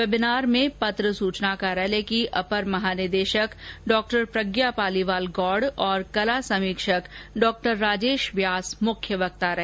webinar में पत्र सूचना कार्यालय की अपर महानिदेशक प्रज्ञा पालीवाल गौड़ और कला समीक्षक डॉ राजेश व्यास मुख्य वक्ता रहे